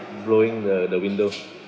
blowing the the windows